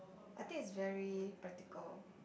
I think it's very practical